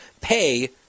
pay